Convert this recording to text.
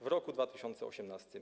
w roku 2018.